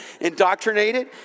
indoctrinated